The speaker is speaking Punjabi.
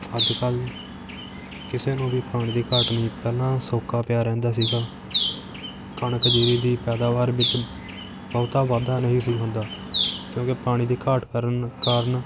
ਅੱਜ ਕੱਲ੍ਹ ਕਿਸੇ ਨੂੰ ਵੀ ਪਾਣੀ ਦੀ ਘਾਟ ਨਹੀਂ ਪਹਿਲਾਂ ਸੋਕਾ ਪਿਆ ਰਹਿੰਦਾ ਸੀਗਾ ਕਣਕ ਜੀਰੀ ਦੀ ਪੈਦਾਵਾਰ ਵਿੱਚ ਬਹੁਤਾ ਵਾਧਾ ਨਹੀਂ ਸੀ ਹੁੰਦਾ ਕਿਉਂਕਿ ਪਾਣੀ ਦੀ ਘਾਟ ਕਾਰਨ ਕਾਰਨ